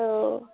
অঁ